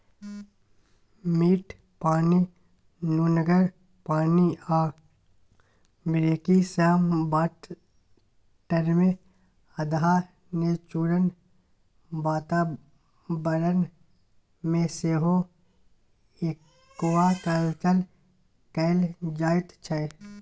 मीठ पानि, नुनगर पानि आ ब्रेकिसवाटरमे अधहा नेचुरल बाताबरण मे सेहो एक्वाकल्चर कएल जाइत छै